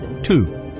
two